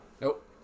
nope